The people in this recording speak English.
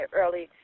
early